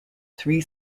three